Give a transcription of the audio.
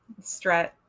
strat